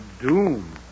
doom